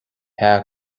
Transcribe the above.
hea